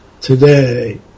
today